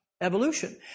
evolution